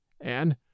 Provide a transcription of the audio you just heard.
and